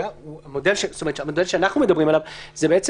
המודל שאנחנו מדברים עליו הוא בעצם